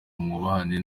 mwubahane